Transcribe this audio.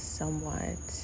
somewhat